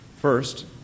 First